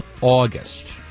August